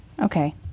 Okay